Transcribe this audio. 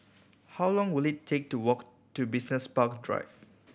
how long will it take to walk to Business Park Drive